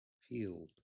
field